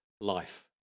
life